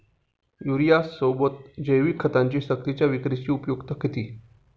युरियासोबत जैविक खतांची सक्तीच्या विक्रीची उपयुक्तता किती?